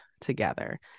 together